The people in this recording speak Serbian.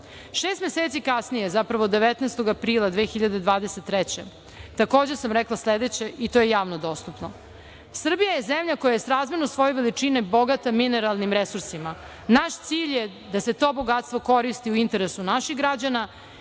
meseci kasnije, zapravo 19. aprila. 2023. godine, takođe sam rekla sledeće, i to je javno dostupno: „Srbija je zemlja koja je srazmerno svojoj veličini bogata mineralnim resursima. Naš cilj je da se to bogatstvo koristi u interesu naših građana